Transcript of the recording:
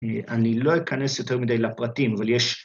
‫אני לא אכנס יותר מדי לפרטים, ‫אבל יש...